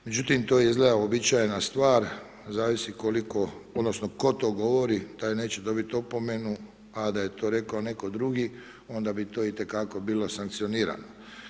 Međutim, to je izgleda uobičajena stvar zavisi koliko, odnosno tko to govori, taj neće dobiti opomenu, a da je to rekao netko drugi onda bi to i te kako bilo sankcionirano.